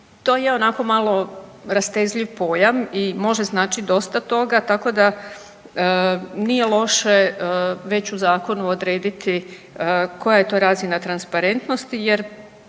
to je onako malo rastezljiv pojam i može značiti dosta toga, tako da nije loše već u zakonu odrediti koja je to razina transparentnosti jer